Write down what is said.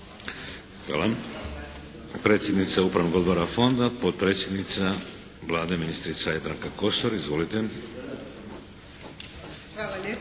Hvala.